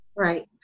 Right